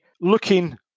looking